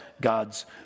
God's